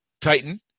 Titan